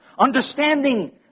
understanding